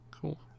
Cool